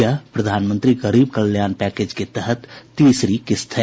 यह प्रधानमंत्री गरीब कल्याण पैकेज के तहत तीसरी किस्त है